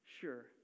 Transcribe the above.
sure